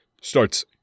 starts